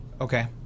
okay